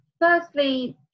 firstly